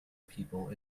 people